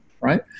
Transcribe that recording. right